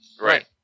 Right